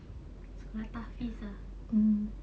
sekolah tahfiz ah